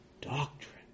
doctrine